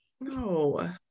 no